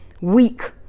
weak